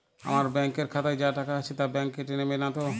আমার ব্যাঙ্ক এর খাতায় যা টাকা আছে তা বাংক কেটে নেবে নাতো?